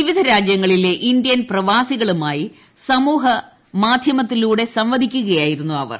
വിവിധ രാജ്യങ്ങളിലെ ഇന്ത്യൻ പ്രവാസികളുമായി സമൂഹമാധ്യമത്തിലൂടെ സംവധിക്കുകയായിരുന്നു അവർ